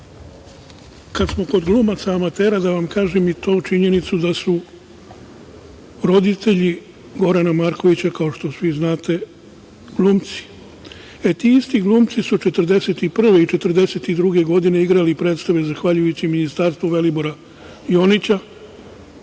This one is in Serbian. Kada smo kod glumaca amatera, da vam kažem i tu činjenicu da roditelji Gorana Markovića, kao što svi znate, glumci. Ti isti glumci su 1941. i 1942. godine igrali predstavu zahvaljujući ministarstvu Velibora Jonjića,